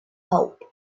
hope